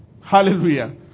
Hallelujah